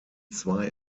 zwei